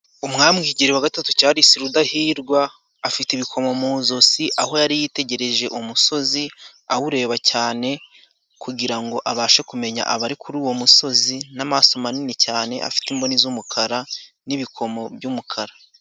Umwami Kigeli wa gatatu Carisi Rudahirwa afite ibikomo mu zosi, aho yari yitegereje umusozi awureba cyane kugira abashe kumenya abari kuri uwo musozi, n'amaso manini cyane afite imboni z'umukara n'ibikomo by'umukara.